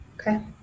Okay